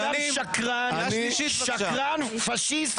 אתה שקרן, פשיסט וגזען.